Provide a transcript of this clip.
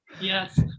yes